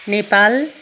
Nepal